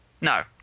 No